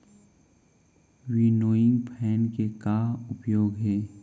Winnowing fan के का उपयोग हे?